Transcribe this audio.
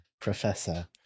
Professor